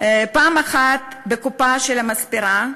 פעם אחת בקופה של המספרה,